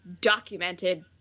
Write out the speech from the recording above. documented